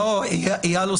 איל,